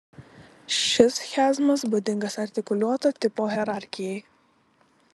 šis chiazmas būdingas artikuliuoto tipo hierarchijai